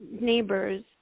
neighbors